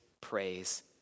praise